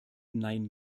nein